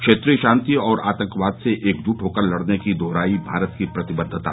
क्षेत्रीय शांति और आतंकवाद से एकजुट होकर लडने की दोहराई भारत की प्रतिबद्धता